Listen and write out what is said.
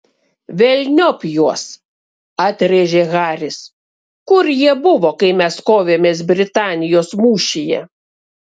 velniop juos atrėžė haris kur jie buvo kai mes kovėmės britanijos mūšyje